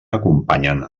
acompanyen